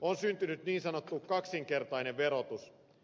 on syntynyt niin sanottu kaksinkertainen verotus